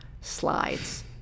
slides